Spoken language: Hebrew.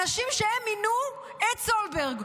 הם האנשים שמינו את סולברג,